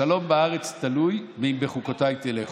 השלום בארץ תלוי ב"אם בחקתי תלכו".